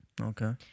Okay